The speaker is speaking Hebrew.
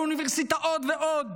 באוניברסיטאות ועוד,